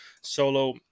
solo